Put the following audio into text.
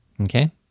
Okay